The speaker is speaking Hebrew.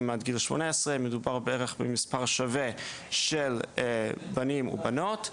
עד גיל 18 מדובר בערך במספר שווה של בנים ובנות,